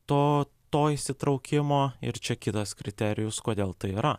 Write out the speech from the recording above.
to to įsitraukimo ir čia kitas kriterijus kodėl tai yra